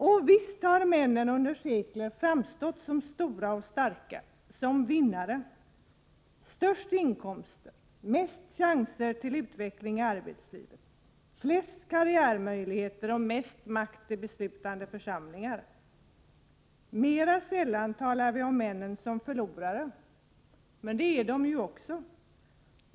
Och visst har männen under sekler framstått som stora och starka, som vinnare. De har större inkomster, mer chanser till utveckling i arbetet, fler karriärmöjligheter och mer makt i beslutande församlingar. Mera sällan talar vi om männen som förlorare, men det är de ju också.